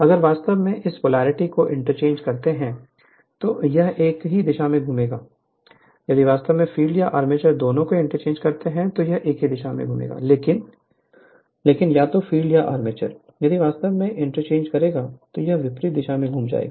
अगर वास्तव में इस पोलैरिटी को इंटरचेंज करते हैं तो यह एक ही दिशा में घूमेगा यदि वास्तव में फ़ील्ड या आर्मेचर दोनों को इंटरचेंज करता है तो यह एक ही दिशा में घूमेगा लेकिन या तो फ़ील्ड या आर्मेचर यदि वास्तव में इंटरचेंज करेगा तो यह विपरीत दिशा में घूम जाएगा